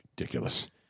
Ridiculous